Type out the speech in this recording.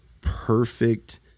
perfect